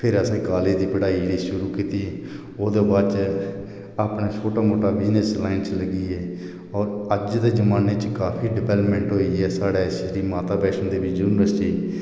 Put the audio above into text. फिर असें कालेज दी पढ़ाई जेह्ड़ी शुरू कीती ते ओह्दे बाद च अपने छोटा मोटा बिजनेस लाइन च लग्गी गे और अज्ज दे जमाने च काफी डिवैलोपमेन्ट होई ऐ साढ़ै श्री माता वैश्णो देवी यूनिवर्सिटी